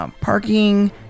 parking